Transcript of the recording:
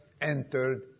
entered